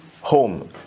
home